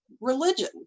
religion